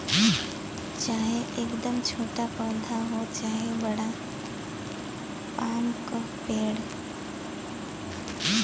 चाहे एकदम छोटा पौधा हो चाहे बड़ा पाम क पेड़